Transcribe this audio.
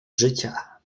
życia